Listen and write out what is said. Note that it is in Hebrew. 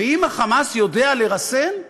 ואם ה"חמאס" יודע לרסן,